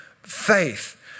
faith